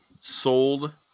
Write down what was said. sold